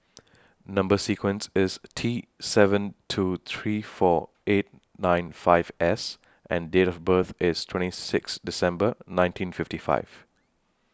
Number sequence IS T seven two three four eight nine five S and Date of birth IS twenty six December nineteen fifty five